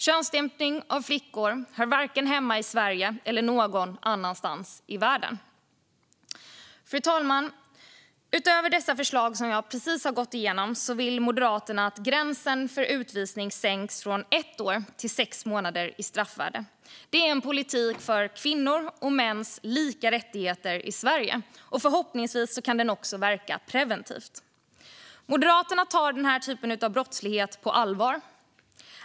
Könsstympning av flickor hör varken hemma i Sverige eller någon annanstans i världen. Fru talman! Utöver de förslag som jag precis har gått igenom vill Moderaterna att gränsen för utvisning sänks från ett år till sex månader i straffvärde. Det är en politik för kvinnors och mäns lika rättigheter i Sverige. Förhoppningsvis kan den också verka preventivt. Moderaterna tar detta slags brottslighet på allvar.